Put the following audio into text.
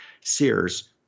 Sears